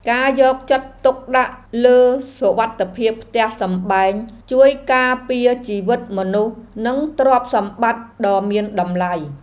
ការយកចិត្តទុកដាក់លើសុវត្ថិភាពផ្ទះសម្បែងជួយការពារជីវិតមនុស្សនិងទ្រព្យសម្បត្តិដ៏មានតម្លៃ។